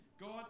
God